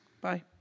Bye